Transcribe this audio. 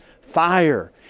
fire